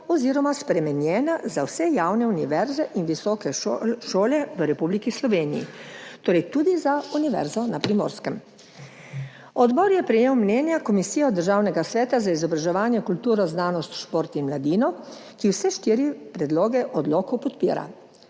oziroma spremenjena za vse javne univerze in visoke šole v Republiki Sloveniji, torej tudi za Univerzo na Primorskem. Odbor je prejel mnenje Komisije Državnega sveta za izobraževanje, kulturo, znanost, šport in mladino, ki vse štiri predloge odlokov podpira.